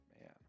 man